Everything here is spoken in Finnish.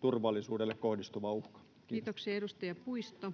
turvallisuuteen kohdistuva uhka. [Speech 131]